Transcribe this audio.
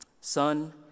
son